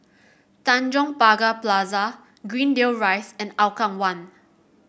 Tanjong Pagar Plaza Greendale Rise and Hougang One